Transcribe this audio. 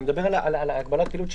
אני מדבר על הגבלת פעילות,